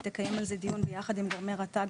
היא תקיים על זה דיון ביחד עם גורמי רט"ג